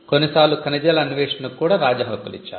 కొన్నిసార్లు ఖనిజాల అన్వేషణకు కూడా రాజ్య హక్కులు ఇచ్చారు